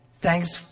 thanks